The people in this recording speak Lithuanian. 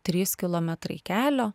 trys kilometrai kelio